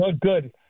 good